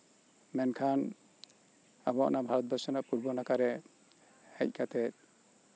ᱢᱮᱱᱠᱷᱟᱱ ᱟᱵᱚᱣᱟᱜ ᱵᱷᱟᱨᱚᱛ ᱵᱚᱨᱥᱚ ᱨᱮᱭᱟᱜ ᱯᱩᱨᱵᱚ ᱱᱟᱠᱷᱟᱨᱮ ᱦᱮᱡ ᱠᱟᱛᱮᱫ